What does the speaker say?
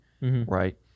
right